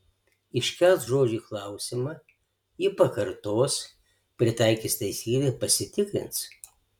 iškels žodžiui klausimą jį pakartos pritaikys taisyklę ir pasitikrins